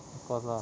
of course lah